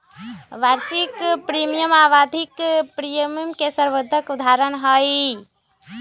वार्षिक प्रीमियम आवधिक प्रीमियम के सर्वोत्तम उदहारण हई